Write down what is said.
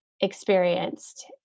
experienced